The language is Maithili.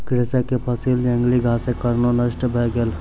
कृषक के फसिल जंगली घासक कारणेँ नष्ट भ गेल